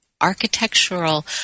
architectural